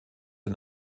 ein